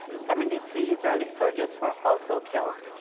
seventy three israeli soldiers were also killed.